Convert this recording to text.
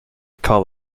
call